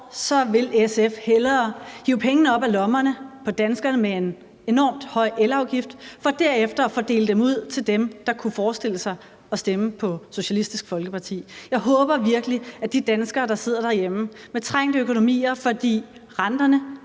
så vil SF hellere hive pengene op af lommerne på danskerne med en enormt høj elafgift for derefter at fordele dem til dem, der kunne forestille sig at stemme på Socialistisk Folkeparti. Jeg håber virkelig, at de danskere, der sidder derhjemme med trængte økonomier, fordi renterne